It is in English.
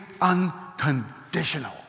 unconditional